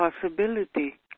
possibility